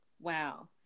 Wow